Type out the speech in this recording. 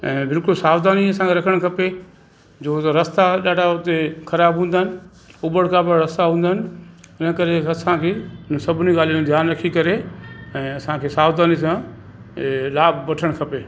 ऐं बिल्कुलु सावधानीअ सां रखणु खपे जो जो रस्ता ॾाढा उते ख़राब हूंदा आहिनि उबड़ खाबड़ रस्ता हूंदा आहिनि इन करे असांखे ईअं सभिनी ॻाल्हियुनि खे ध्यानु रखी करे ऐं असांखे सावधानी सां ऐं लाभु वठणु खपे